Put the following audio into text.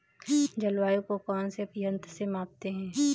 जलवायु को कौन से यंत्र से मापते हैं?